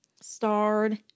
starred